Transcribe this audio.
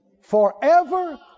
Forever